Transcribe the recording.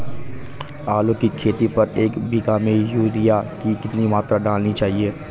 आलू की खेती पर एक बीघा में यूरिया की कितनी मात्रा डालनी चाहिए?